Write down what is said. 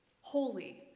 holy